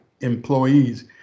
employees